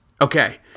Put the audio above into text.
Okay